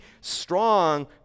strong